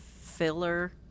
filler